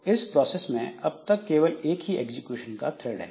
इस प्रोसेस में अब तक केवल एक ही एग्जीक्यूशन का थ्रेड है